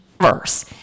verse